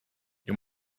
you